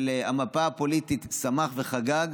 של המפה הפוליטית שמח וחגג